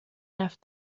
left